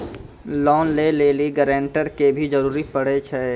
Loan लै लेली guarantor के भी जरूरी पड़ै छै?